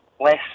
less